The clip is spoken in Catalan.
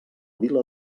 vila